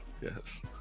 Yes